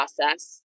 process